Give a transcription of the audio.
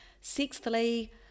Sixthly